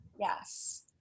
yes